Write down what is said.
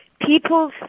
people